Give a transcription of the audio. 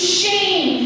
shame